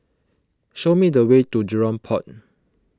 show me the way to Jurong Port